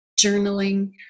journaling